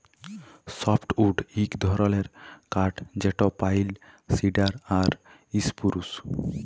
softwood ইক ধরলের কাঠ যেট পাইল, সিডার আর ইসপুরুস